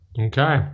Okay